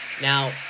Now